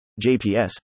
JPS